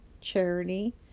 charity